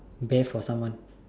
bear for someone